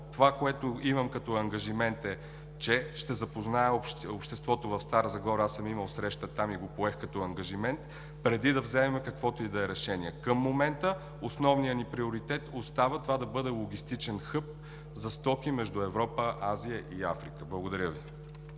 това, което имам като ангажимент, е, че ще запозная обществото в Стара Загора, аз съм имал среща там и го поех като ангажимент, преди да вземем каквото и да е решение. Към момента основният ни приоритет остава това да бъде логистичен хъб за стоки между Европа, Азия и Африка. Благодаря Ви.